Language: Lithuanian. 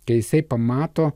kai jisai pamato